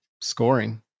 scoring